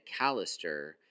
McAllister